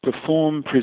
perform